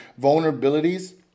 vulnerabilities